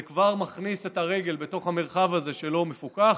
זה כבר מכניס את הרגל בתוך המרחב הזה שלא מפוקח,